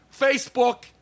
Facebook